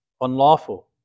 Unlawful